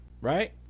right